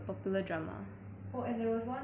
oh and there was one singaporean actor